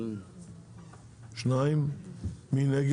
מי נמנע?